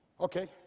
Okay